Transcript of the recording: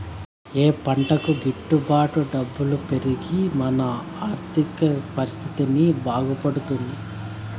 ఏ పంటకు గిట్టు బాటు డబ్బులు పెరిగి మన ఆర్థిక పరిస్థితి బాగుపడుతుంది?